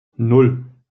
nan